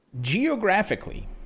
geographically